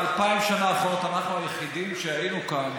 באלפיים השנים האחרונות אנחנו היחידים שהיינו כאן,